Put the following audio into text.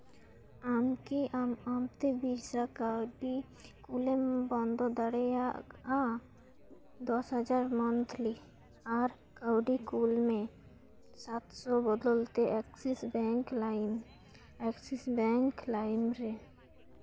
ᱟᱢ ᱠᱤ ᱟᱢ ᱟᱢᱛᱮ ᱵᱷᱤᱥᱟ ᱠᱟᱣᱰᱤ ᱠᱩᱞᱮᱢ ᱵᱚᱱᱫᱚ ᱫᱟᱲᱮᱭᱟᱜᱼᱟ ᱫᱚᱥ ᱦᱟᱡᱟᱨ ᱢᱟᱱᱛᱷᱞᱤ ᱟᱨ ᱠᱟᱹᱣᱰᱤ ᱠᱩᱞᱢᱮ ᱥᱟᱛᱥᱚ ᱵᱚᱫᱚᱞ ᱛᱮ ᱮᱠᱥᱤᱥ ᱵᱮᱝᱠ ᱞᱟᱭᱤᱢ ᱮᱠᱥᱤᱥ ᱵᱮᱝᱠ ᱞᱟᱭᱤᱢ ᱨᱮ